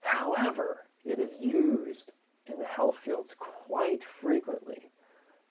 however, it is used in the health field quite frequently